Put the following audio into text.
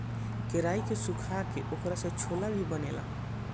केराई के सुखा के ओकरा से छोला भी बनेला